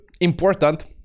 important